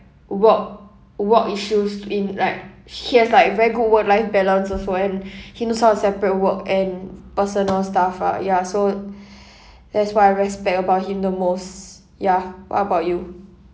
work work issues in like he has like very good work life balance also and he knows how to separate work and personal stuff ah ya so that's what I respect about him the most ya what about you